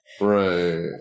Right